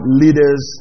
leaders